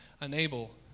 unable